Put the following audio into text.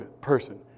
person